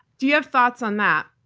do you have thoughts on that?